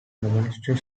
monastery